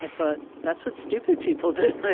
i thought, that's what stupid people do,